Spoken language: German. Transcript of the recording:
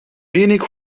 wenig